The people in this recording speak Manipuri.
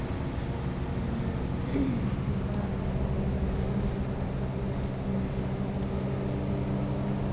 ꯑꯩꯅ ꯁ꯭ꯀꯨꯜ ꯍꯥꯏꯔꯒꯗꯤ K M blooming higher secondary school